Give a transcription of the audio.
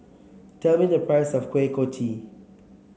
tell me the price of Kuih Kochi